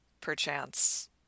perchance